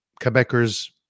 Quebecers